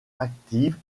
active